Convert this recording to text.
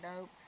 dope